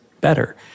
better